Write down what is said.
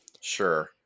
Sure